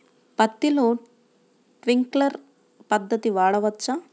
పత్తిలో ట్వింక్లర్ పద్ధతి వాడవచ్చా?